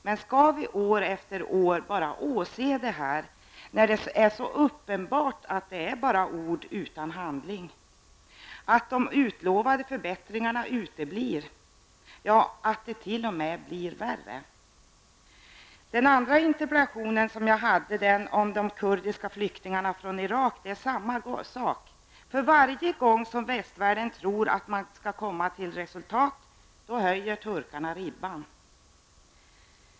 Men skall vi år efter år bara åse det här, när det är så uppenbart att det bara är ord utan handling, att de utlovade förbättringarna uteblir, ja, att det t.o.m. blir värre? När det gäller min andra interpellation, om de kurdiska flyktingarna från Irak, gäller samma sak. För varje gång som västvärlden tror att man skall komma till resultat höjer turkarna ribban.